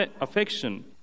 affection